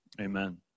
amen